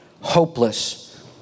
hopeless